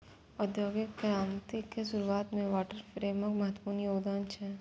औद्योगिक क्रांतिक शुरुआत मे वाटर फ्रेमक महत्वपूर्ण योगदान छै